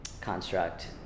construct